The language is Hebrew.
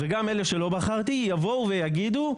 וגם אלה שלא בחרתי יבואו ויגידו,